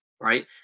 Right